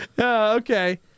Okay